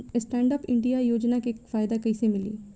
Stand up India योजना के फायदा कैसे मिली?